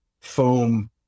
foam